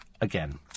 again